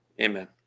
amen